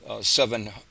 seven